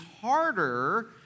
harder